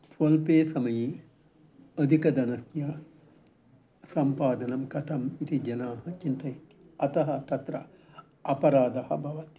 स्वल्पे समये अधिकधनस्य सम्पादनं कथम् इति जनाः चिन्तयन्ति अतः तत्र अपराधः भवति